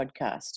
podcast